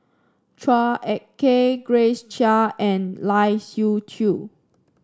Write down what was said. Chua Ek Kay Grace Chia and Lai Siu Chiu